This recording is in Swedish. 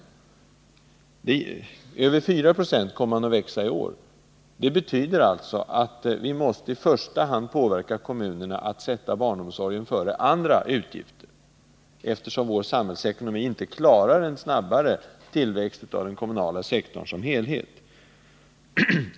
Det kommer att bli en ökning med över 4 96 i år. Detta betyder att vi i första hand måste påverka kommunerna så att de sätter utgifterna för barnomsorgen före andra utgifter, eftersom vår samhällsekonomi inte klarar en lika snabb tillväxt av den kommunala sektorn som helhet i fortsättningen.